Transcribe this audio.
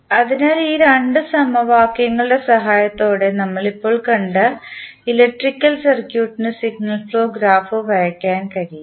അതിനാൽ ഈ രണ്ട് സമവാക്യങ്ങളുടെ സഹായത്തോടെ നമ്മൾ ഇപ്പോൾ കണ്ട ഇലക്ട്രിക്കൽ സർക്യൂട്ടിൻറെ സിഗ്നൽ ഫ്ലോ ഗ്രാഫ് വരയ്ക്കാൻ കഴിയും